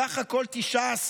סך הכול 19,